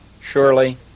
surely